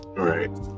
Right